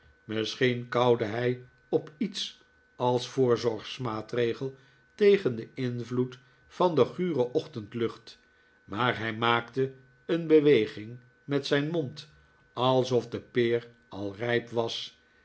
misschien kauwde hij op iets als voorzorgsmaatregel tegen den invloed van de gure ochtendlucht maar hij maakte een beweging met zijn mond alsof de peer al rijp was